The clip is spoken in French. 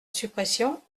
suppression